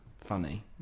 funny